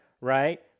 right